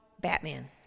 Batman